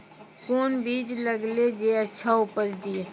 कोंन बीज लगैय जे अच्छा उपज दिये?